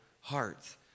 hearts